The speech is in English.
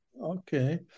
Okay